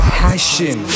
passion